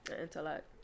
Intellect